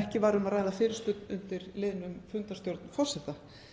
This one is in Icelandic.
ekki er um að ræða fyrirspurn undir liðnum fundarstjórn forseta.